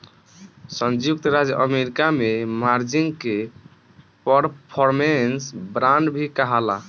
संयुक्त राज्य अमेरिका में मार्जिन के परफॉर्मेंस बांड भी कहाला